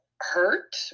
hurt